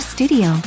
Studio